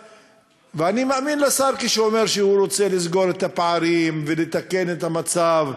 אני מאמין לשר כשהוא אומר שהוא רוצה לסגור את הפערים ולתקן את המצב,